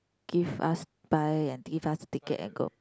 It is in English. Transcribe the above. give us buy and give us ticket and go